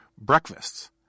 breakfasts